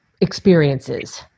experiences